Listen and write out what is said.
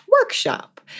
workshop